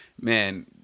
man